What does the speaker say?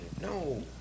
no